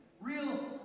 Real